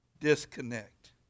Disconnect